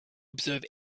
observe